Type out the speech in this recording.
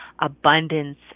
abundance